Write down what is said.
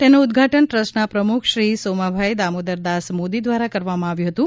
તેનું ઉદ્વાટન ટ્રસ્ટના પ્રમુખ શ્રી સોમાભાઇ દામોદરદાસ માદી દ્વારા કરવામાં આવ્યું હતું